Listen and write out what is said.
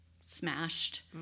smashed